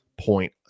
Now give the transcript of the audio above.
point